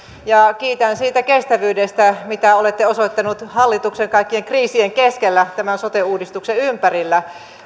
kiitän siitä kestävyydestä mitä olette osoittanut hallituksen kaikkien kriisien keskellä tämän sote uudistuksen ympärillä